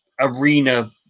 arena